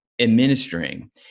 administering